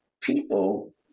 People